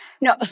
No